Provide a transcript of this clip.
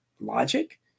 logic